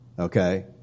okay